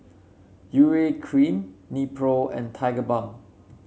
Urea Cream Nepro and Tigerbalm